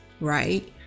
right